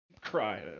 cry